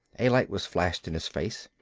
a light was flashed in his face.